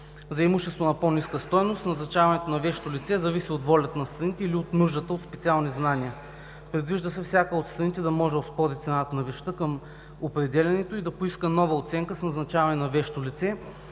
За имущество с по-ниска стойност назначаването на вещо лице зависи от волята на страните или нуждата от специални знания. Предвижда се, всяка от страните да може да оспори цената на вещта към определянето и да поиска нова оценка с назначаве на вещо лице.